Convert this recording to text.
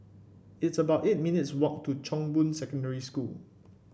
it's about eight minutes' walk to Chong Boon Secondary School